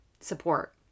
support